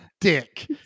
dick